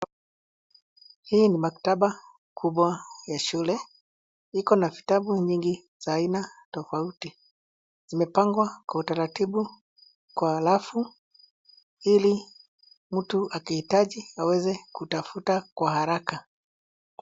Hii ni maktaba kubwa ya shule iko na vitabu nyingi za aina tofauti. Zimepangwa kwa utaratibu kwa rafu ili mtu akihitaji aweze kutafuta kwa haraka.